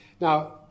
Now